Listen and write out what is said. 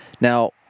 Now